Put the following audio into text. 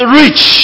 rich